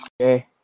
Okay